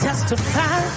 Testify